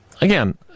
again